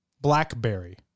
Blackberry